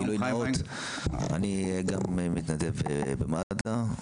בגילוי נאות אני מתנדב גם במד"א,